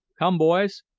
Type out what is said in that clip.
come, boys,